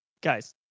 Guys